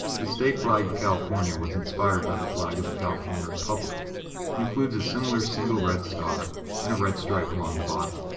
the state flag of california was inspired by the flag of the california republic and includes a similar single red star and a red stripe along the bottom.